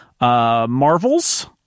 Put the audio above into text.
Marvel's